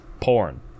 Porn